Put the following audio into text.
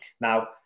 Now